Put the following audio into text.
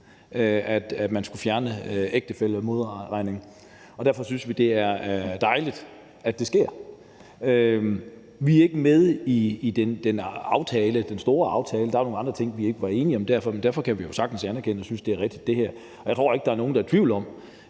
at man skulle fjerne ægtefællemodregning. Derfor synes vi, det er dejligt, at det sker. Vi er ikke med i den aftale, den store aftale. Der var nogle andre ting, vi ikke var enige i, men derfor kan vi jo sagtens anerkende det og synes, at det her er rigtigt. Jeg tror ikke, der er nogen, der er i tvivl om,